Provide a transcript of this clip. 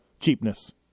cheapness